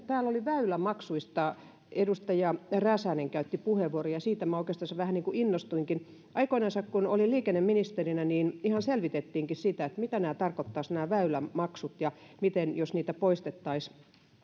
täällä väylämaksuista edustaja räsänen käytti puheenvuoron ja siitä minä oikeastansa vähän niin kuin innostuinkin aikoinansa kun olin liikenneministerinä niin ihan selvitettiinkin sitä mitä tarkoittaisivat nämä väylämaksut ja mitä jos niitä poistettaisiin